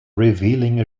revealing